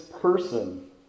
person